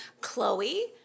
chloe